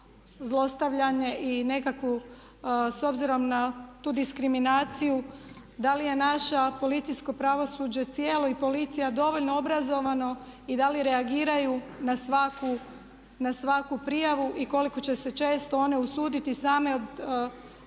zlostavljanje i nekakvu s obzirom na tu diskriminaciju. Da li je naša policijsko pravosuđe cijelo i policija dovoljno obrazovano i da li reagiraju na svaku prijavu i koliko će se često one usuditi same od